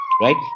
right